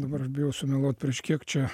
dabar aš bijau sumeluoti prieš kiek čia